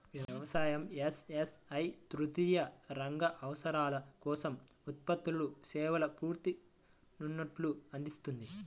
వ్యవసాయ, ఎస్.ఎస్.ఐ తృతీయ రంగ అవసరాల కోసం ఉత్పత్తులు, సేవల పూర్తి సూట్ను అందిస్తుంది